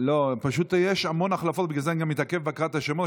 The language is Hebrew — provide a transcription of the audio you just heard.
זה אני גם מתעכב בהקראת השמות.